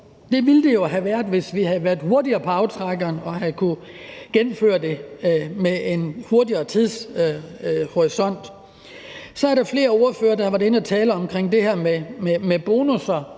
omhu ville det jo have været, hvis vi havde været hurtigere på aftrækkeren og havde kunnet gennemføre det med en hurtigere tidshorisont. Så er der jo flere ordførere, der har været inde at tale om det her med bonusser